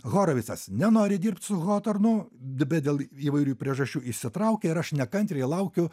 horovicas nenori dirbt su hotornu bet dėl įvairių priežasčių įsitraukia ir aš nekantriai laukiu